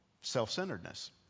self-centeredness